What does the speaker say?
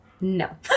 No